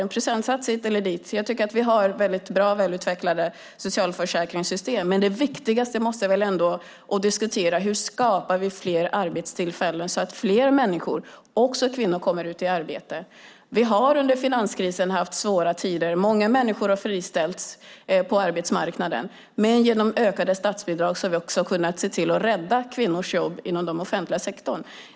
En procentsats hit eller dit - jag tycker att vi har väldigt bra, välutvecklade socialförsäkringssystem. Det viktigaste att diskutera måste väl ändå vara hur vi skapar fler arbetstillfällen så att fler människor, också kvinnor, kommer ut i arbete. Vi har under finanskrisen haft svåra tider. Många människor har friställts på arbetsmarknaden, men genom ökade statsbidrag har vi också kunnat se till att rädda kvinnors jobb inom den offentliga sektorn.